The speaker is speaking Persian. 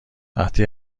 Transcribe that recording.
وقتی